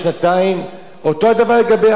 אותו הדבר, אגב, לגבי עובדי קבלן.